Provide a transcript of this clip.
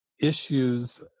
issues